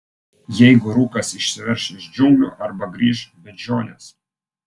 jeigu rūkas išsiverš iš džiunglių arba grįš beždžionės